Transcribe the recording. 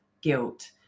guilt